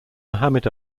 muhammad